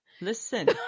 Listen